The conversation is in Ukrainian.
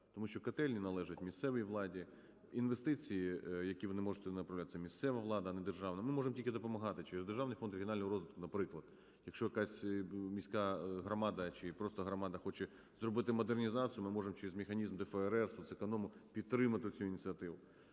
Тому що котельні належать місцевій владі, інвестиції, які вони можуть туди направляти, це місцева влада, а не державна. Ми можемо тільки допомагати через Державний фонд регіонального розвитку, наприклад, якщо якась міська громада чи просто громада хоче зробити модернізацію, ми можемо через механізм ДФРР підтримати цю ініціативу,